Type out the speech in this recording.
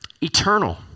Eternal